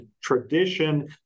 tradition